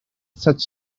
such